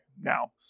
now